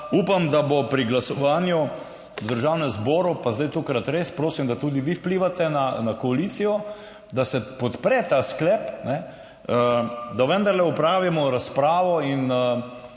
upam, da bo pri glasovanju v Državnem zboru, pa zdaj tokrat res prosim, da tudi vi vplivate na koalicijo, da se podpre ta sklep, da vendarle opravimo razpravo in